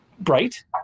bright